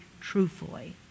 truthfully